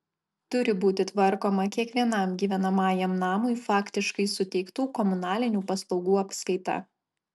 turi būti tvarkoma kiekvienam gyvenamajam namui faktiškai suteiktų komunalinių paslaugų apskaita